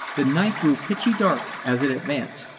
the night grew pitchy dark as it advanced,